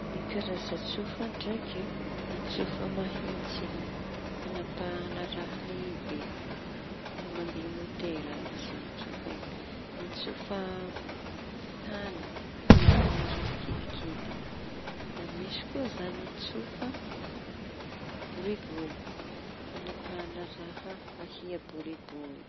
Ny karaza tsofa. Ny tsofa mahitsy fañapaha raha lehibe mandea motera izy io. Ny tsofa taña fañapaha raha kidididy da tsofa boribory fañapahaña raha ahia boribory.